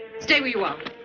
stay where you are.